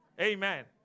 Amen